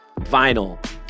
vinyl